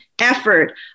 effort